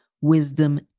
wisdom